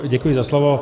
Děkuji za slovo.